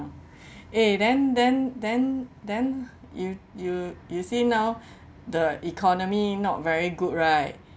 eh then then then then you you you see now the economy not very good right